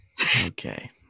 Okay